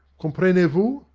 comprenez-vous,